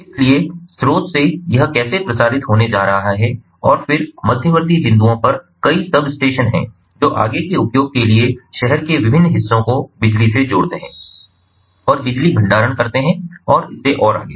इसलिए स्रोत से यह कैसे प्रसारित होने जा रहा है और फिर मध्यवर्ती बिंदुओं पर कई सबस्टेशन हैं जो आगे के उपयोग के लिए शहर के विभिन्न हिस्सों को बिजली से जोड़ते हैं और बिजली भंडारण करते हैं और इससे और आगे